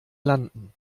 landen